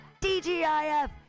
dgif